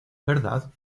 verdad